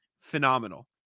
Phenomenal